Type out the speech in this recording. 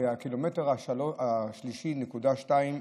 בקילומטר ה-3.2,